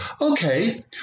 okay